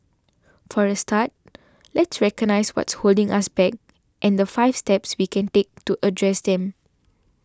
for a start let's recognise what's holding us back and the five steps we can take to address them